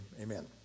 Amen